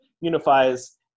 unifies